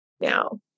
now